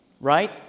right